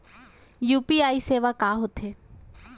UPI सेवाएं का होथे